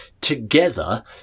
together